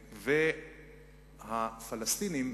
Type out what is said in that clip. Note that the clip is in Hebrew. והפלסטינים,